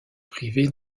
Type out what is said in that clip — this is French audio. privé